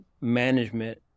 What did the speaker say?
management